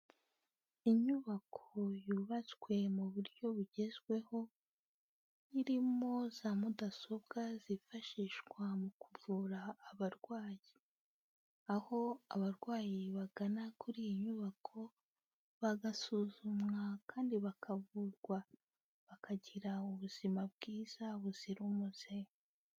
Inyubako yubatswe mu buryo bugezweho, irimo za mudasobwa zifashishwa mu kuvura abarwayi, aho abarwayi bagana kuri iyi nyubako, bagasuzumwa kandi bakavurwa, bakagira ubuzima bwiza buzira umuze.